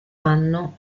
anno